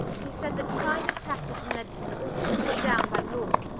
he said that private practice in medicine ought to be put down by law.